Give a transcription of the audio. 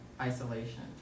isolation